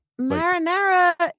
Marinara